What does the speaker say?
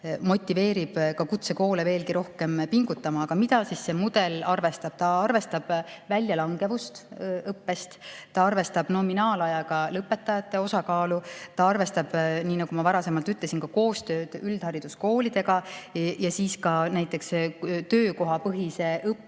motiveerib ka kutsekoole veelgi rohkem pingutama. Aga mida see mudel arvestab? Ta arvestab õppest väljalangevust, ta arvestab nominaalajaga lõpetajate osakaalu, ta arvestab, nii nagu ma ka varem ütlesin, koostööd üldhariduskoolidega ja ka töökohapõhise õppe